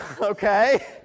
Okay